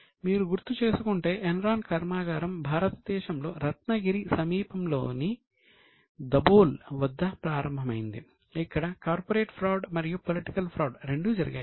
మీరు గుర్తు చేసుకుంటే ఎన్రాన్ కర్మాగారం భారతదేశంలో రత్నగిరి రెండూ జరిగాయి